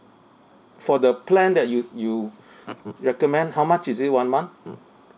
for the plan that you you recommend how much is it one month